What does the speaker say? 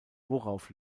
worauf